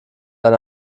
eine